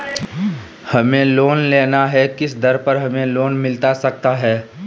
हमें लोन लेना है किस दर पर हमें लोन मिलता सकता है?